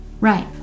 Right